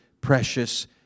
precious